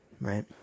right